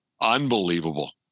Unbelievable